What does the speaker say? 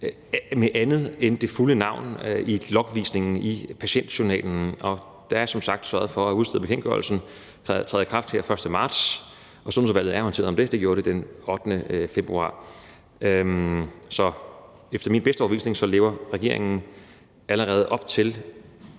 med andet end det fulde navn i logvisningen i patientjournalen, og der er som sagt sørget for at udstede bekendtgørelsen, som træder i kraft her den 1. marts. Og Sundhedsudvalget er orienteret om det – det blev det den 8. februar. Så efter min bedste overbevisning lever regeringen allerede op til